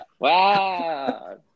wow